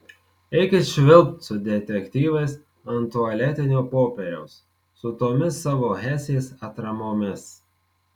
eikit švilpt su detektyvais ant tualetinio popieriaus su tomis savo hesės atramomis